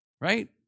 right